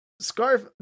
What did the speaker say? scarf